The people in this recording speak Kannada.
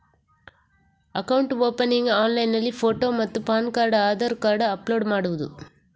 ಅಕೌಂಟ್ ಓಪನಿಂಗ್ ಆನ್ಲೈನ್ನಲ್ಲಿ ಫೋಟೋ ಮತ್ತು PAN card Aadhaar card upload ಮಾಡುವುದು?